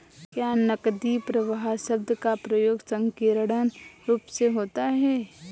क्या नकदी प्रवाह शब्द का प्रयोग संकीर्ण रूप से होता है?